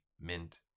mint